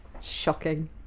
Shocking